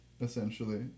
essentially